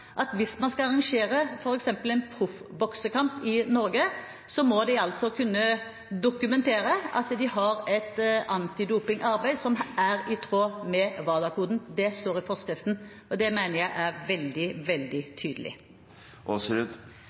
at hvis man skal arrangere f.eks. en proffboksekamp i Norge, må man kunne dokumentere at man har et antidopingarbeid som er i tråd med WADA-koden. Det står i forskriften, og det mener jeg er veldig tydelig.